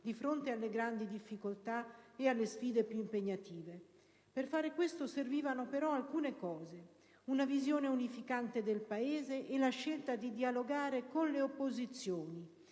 di fronte alle grandi difficoltà e alle sfide più impegnative. Per fare questo servivano però alcune cose: una visione unificante del Paese e la scelta di dialogare con le opposizioni,